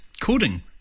coding